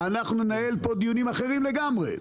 אנחנו ננהל פה דיונים אחרים לגמרי.